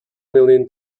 million